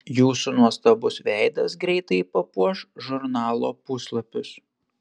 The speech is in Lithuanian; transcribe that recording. jūsų nuostabus veidas greitai papuoš žurnalo puslapius